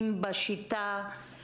יש פה קצת בלבול של